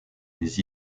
les